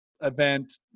event